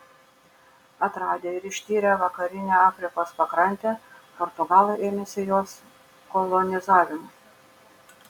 atradę ir ištyrę vakarinę afrikos pakrantę portugalai ėmėsi jos kolonizavimo